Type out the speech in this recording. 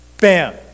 bam